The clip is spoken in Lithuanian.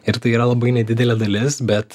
ir tai yra labai nedidelė dalis bet